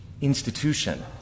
institution